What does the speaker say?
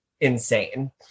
insane